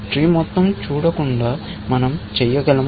tree మొత్తం చూడకుండా మనం చేయగలమా